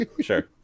sure